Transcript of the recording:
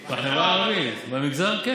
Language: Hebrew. בחברה הערבית, לא במגזר הלא-יהודי.